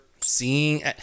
seeing